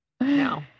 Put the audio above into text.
No